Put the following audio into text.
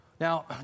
Now